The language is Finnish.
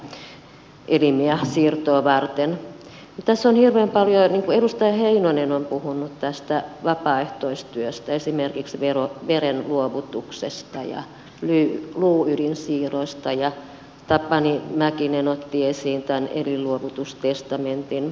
tässä on hirveän paljon asioita niin kuin edustaja heinonen on puhunut tästä vapaaehtoistyöstä esimerkiksi verenluovutuksesta ja luuydinsiirroista ja tapani mäkinen otti esiin tämän elinluovutustestamentin